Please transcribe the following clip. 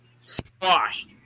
squashed